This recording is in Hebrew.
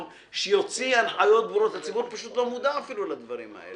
שיוציא הנחיות ברורות לציבור שאינו מודע אפילו להנחיות האלה.